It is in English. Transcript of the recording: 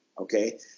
Okay